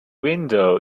window